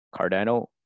cardano